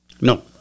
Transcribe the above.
No